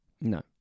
no